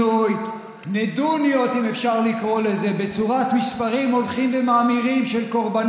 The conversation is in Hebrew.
עוקבים אחרי אזרחים חפים